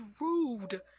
rude